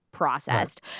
processed